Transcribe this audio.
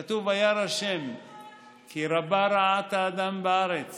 כתוב: "וירא ה' כי רבה רעת האדם בארץ